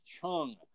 Chung